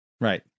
Right